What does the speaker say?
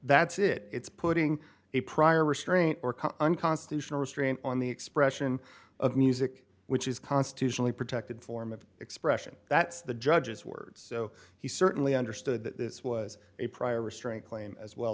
that's it it's putting a prior restraint or unconstitutional restraint on the expression of music which is constitutionally protected form of expression that's the judge's words so he certainly understood that this was a prior restraint claim as well